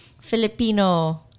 Filipino